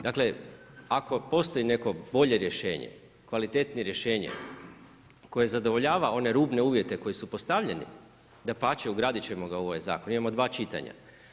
Dakle, ako postoji neko bolje rješenje, kvalitetnije rješenje koje zadovoljava one rubne uvjete koji su postavljeni, dapače ugradit ćemo ga u ovaj zakon, imamo dva čitanja.